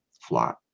flat